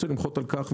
אני רוצה למחות על כך,